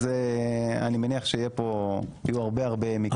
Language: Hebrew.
אז אני מניח שיהיו פה הרבה מאוד מקרים ובעיות.